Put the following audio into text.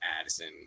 Addison